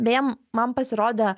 beje man pasirodė